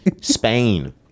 Spain